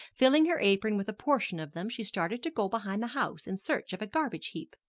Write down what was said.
filling her apron with a portion of them, she started to go behind the house in search of a garbage heap.